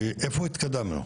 אלא לאן התקדמנו,